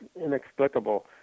inexplicable